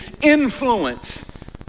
influence